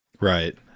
Right